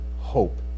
hope